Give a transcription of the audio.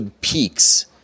peaks